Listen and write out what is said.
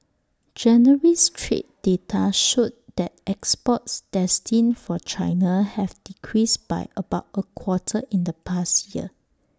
January's trade data showed that exports destined for China have decreased by about A quarter in the past year